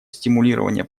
стимулирования